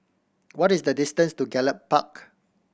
what is the distance to Gallop Park